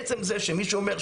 עצם זה שמישהו אומר,